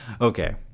Okay